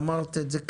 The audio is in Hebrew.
אמרת את זה קצר,